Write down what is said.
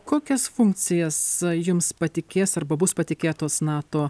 kokias funkcijas jums patikės arba bus patikėtos nato